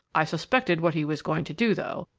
i suspected what he was going to do, though,